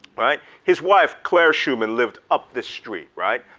right? his wife claire schumann lived up the street, right?